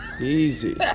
Easy